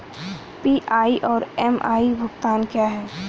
PI और MI भुगतान क्या हैं?